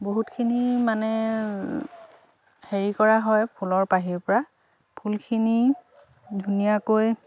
বহুতখিনি মানে হেৰি কৰা হয় ফুলৰ পাহিৰ পৰা ফুলখিনি ধুনীয়াকৈ